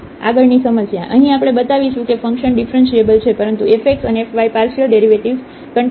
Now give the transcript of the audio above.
આગળની સમસ્યા અહીં આપણે બતાવીશું કે ફંક્શન ડિફરન્ટિએબલ છે પરંતુ f x અને f y partial derivatives continuous નથી